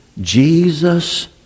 Jesus